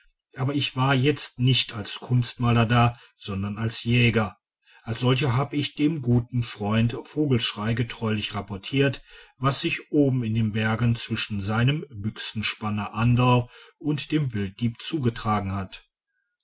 aber ich war jetzt nicht als kunstmaler da sondern als jäger als solcher habe ich dem guten freund vogelschrey getreulich rapportiert was sich oben in den bergen zwischen seinem büchsenspanner anderl und dem wilddieb zugetragen hat